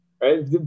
Right